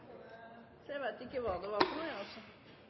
Så eg opplever ikkje